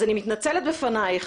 אני מתנצלת בפנייך.